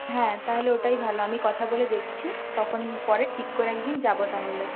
হ্যাঁ তাহলে ওটাই ভালো আমি কথা বলে দেখছি তখন পরে ঠিক করে একদিন যাব তাহলে